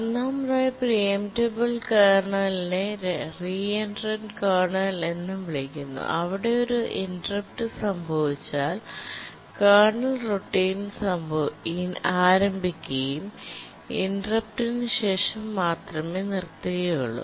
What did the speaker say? ഒന്നാമതായി preemptible കേർണലിനെ reentrant kernel എന്നും വിളിക്കുന്നു അവിടെ ഒരു ഇന്റെര്പ്ട് സംഭവിച്ചാൽ കേർണൽ റൂട്ടിന് ആരംഭിക്കുകയും ഇന്റെര്പ്ട് ന് ശേഷം മാത്രമേ നിർത്തുകയുള്ളൂ